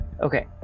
okay